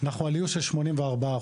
על איוש של 84%,